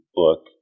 book